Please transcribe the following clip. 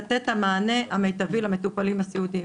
לתת את המענה המיטבי למטופלים הסיעודיים.